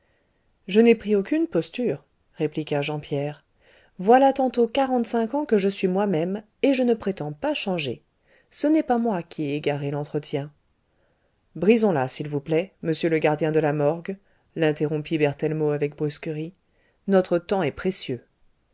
je n'ai pris aucune posture répliqua jean pierre voilà tantôt quarante cinq ans que je suis moi-même et je ne prétends pas changer ce n'est pas moi qui ai égaré l'entretien brisons là s'il vous plaît monsieur le gardien de la morgue l'interrompit berthellemot avec brusquerie notre temps est précieux